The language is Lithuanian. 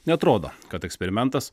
neatrodo kad eksperimentas